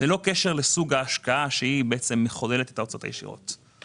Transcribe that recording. ללא קשר לסוג ההשקעה שמחוללת את ההוצאות הישירות.